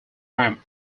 ramp